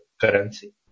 currency